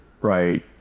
Right